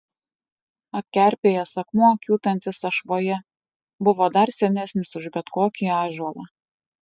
apkerpėjęs akmuo kiūtantis ašvoje buvo dar senesnis už bet kokį ąžuolą